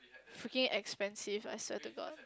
freaking expensive I swear to god